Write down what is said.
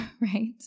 right